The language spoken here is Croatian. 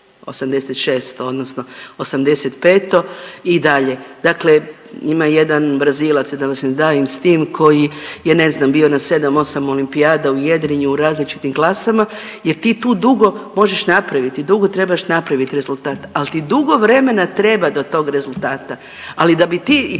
odnosno '85. i dalje. Dakle, ima jedan Brazilac ja mislim …/Govornica se ne razumije./… koji je ne znam bio na 7-8 olimpijada u jedrenju u različitim klasama jer ti tu dugo možeš napraviti, dugo trebaš napraviti rezultat, ali ti dugo vremena treba do tog rezultata. Ali da bi ti,